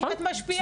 זה תפס